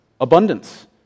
abundance